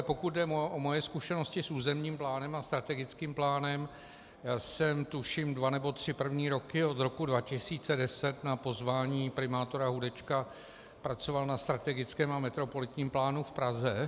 Pokud jde o moje zkušenosti s územním plánem a strategickým plánem, jsem tuším dva nebo tři první roky od roku 2010 na pozvání primátora Hudečka pracoval na strategickém a metropolitním plánu v Praze.